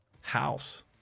house